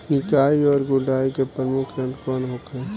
निकाई और गुड़ाई के प्रमुख यंत्र कौन होखे?